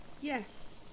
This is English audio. Yes